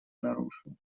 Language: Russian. нарушил